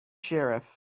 sheriff